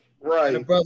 right